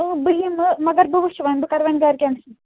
بہٕ یِمہٕ مگر بہٕ وٕچھ ونۍ بہٕ کَرٕ وَنۍ گَرٮ۪ن